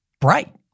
bright